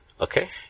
Okay